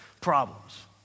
problems